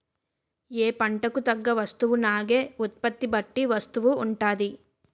ఏ పంటకు తగ్గ వస్తువునాగే ఉత్పత్తి బట్టి వస్తువు ఉంటాది